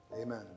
Amen